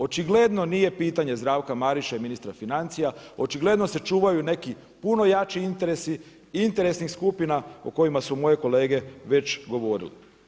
Očigledno nije pitanje Zdravka Marića i ministra financija, očigledno se čuvaju neki puno jači interesi, interesnih skupina o kojima su moje kolege već govorili.